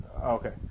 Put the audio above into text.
Okay